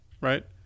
right